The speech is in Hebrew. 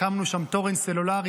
הקמנו שם תורן סלולרי,